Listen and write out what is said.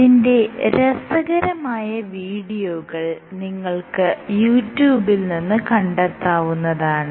ഇതിന്റെ രസകരമായ വീഡിയോകൾ നിങ്ങൾക്ക് യൂട്യൂബിൽ നിന്ന് കണ്ടെത്താവുന്നതാണ്